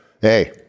hey